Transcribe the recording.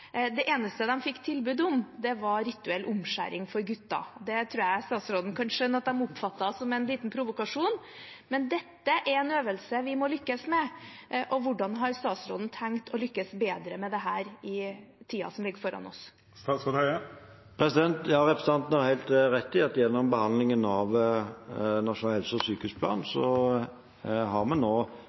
Det eneste de fikk tilbud om, var rituell omskjæring for gutter. Det tror jeg statsråden kan skjønne at de oppfattet som en liten provokasjon. Men dette er en øvelse vi må lykkes med. Hvordan har statsråden tenkt å lykkes bedre med dette i tiden som ligger foran oss? Representanten har helt rett i at gjennom behandlingen av Nasjonal helse- og sykehusplan har vi fjernet den tvilen som har